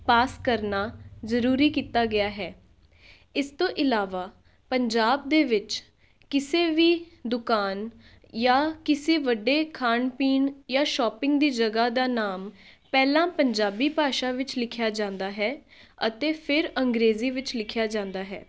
ਪਾਸ ਕਰਨਾ ਜ਼ਰੂਰੀ ਕੀਤਾ ਗਿਆ ਹੈ ਇਸ ਤੋਂ ਇਲਾਵਾ ਪੰਜਾਬ ਦੇ ਵਿੱਚ ਕਿਸੇ ਵੀ ਦੁਕਾਨ ਜਾਂ ਕਿਸੇ ਵੱਡੇ ਖਾਣ ਪੀਣ ਜਾਂ ਸ਼ੋਪਿੰਗ ਦੀ ਜਗ੍ਹਾ ਦਾ ਨਾਮ ਪਹਿਲਾਂ ਪੰਜਾਬੀ ਭਾਸ਼ਾ ਵਿੱਚ ਲਿਖਿਆ ਜਾਂਦਾ ਹੈ ਅਤੇ ਫਿਰ ਅੰਗਰੇਜ਼ੀ ਵਿੱਚ ਲਿਖਿਆ ਜਾਂਦਾ ਹੈ